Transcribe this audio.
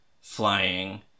flying